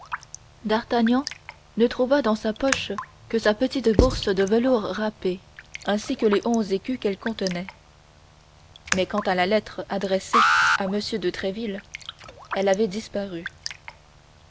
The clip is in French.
d'artagnan ne trouva dans sa poche que sa petite bourse de velours râpé ainsi que les onze écus qu'elle contenait mais quant à la lettre adressée à m de tréville elle avait disparu